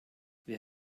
wer